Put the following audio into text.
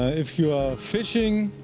ah if you are fishing,